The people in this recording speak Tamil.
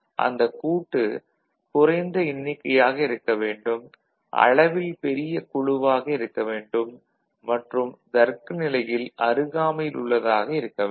அந்த கூட்டு குறைந்த எண்ணிக்கையாக இருக்க வேண்டும் அளவில் பெரிய குழுவாக இருக்கவேண்டும் மற்றும் தருக்க நிலையில் அருகாமையில் உள்ளதாக இருக்க வேண்டும்